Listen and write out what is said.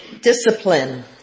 discipline